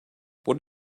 what